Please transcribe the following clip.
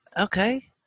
Okay